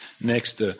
Next